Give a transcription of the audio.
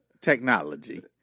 technology